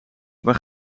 waar